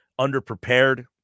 underprepared